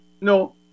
No